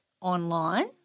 online